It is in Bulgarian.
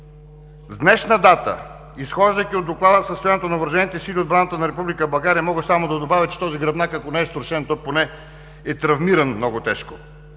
С днешна дата, изхождайки от Доклада за състоянието на Въоръжените сили и отбраната на Република България, мога само да добавя, че този гръбнак, ако не е строшен, то поне е травмиран много тежко.